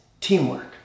teamwork